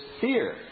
fear